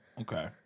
Okay